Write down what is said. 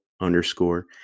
underscore